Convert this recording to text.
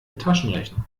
taschenrechner